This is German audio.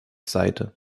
seite